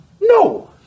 no